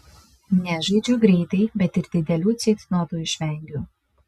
nežaidžiu greitai bet ir didelių ceitnotų išvengiu